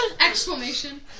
Exclamation